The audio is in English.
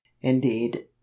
indeed